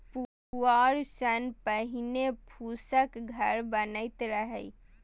पुआर सं पहिने फूसक घर बनैत रहै